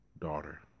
daughter